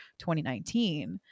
2019